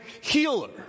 healer